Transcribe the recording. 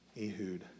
Ehud